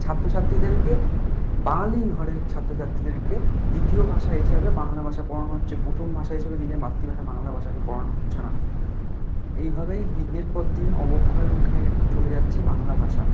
ছাত্র ছাত্রীদেরকে বাঙালির ঘরের ছাত্র ছাত্রীদেরকে দ্বিতীয় ভাষা হিসাবে বাংলা ভাষা পড়ানো হচ্ছে প্রথম ভাষা হিসাবে নিজের মাতৃভাষা বাংলা ভাষাকে পড়ানো হচ্ছে না এইভাবেই দিনের পর দিন অবক্ষয়ের মুখে চলে যাচ্ছে বাংলা ভাষা